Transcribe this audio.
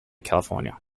california